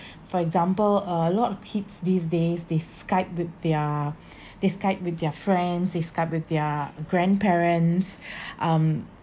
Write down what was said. for example a lot of kids these days they skype with their they skype with their friends they skype with their grandparents um